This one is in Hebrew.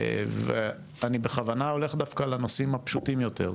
ואני בכוונה הולך דווקא לנושאים הפשוטים יותר,